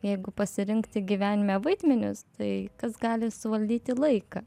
jeigu pasirinkti gyvenime vaidmenis tai kas gali suvaldyti laiką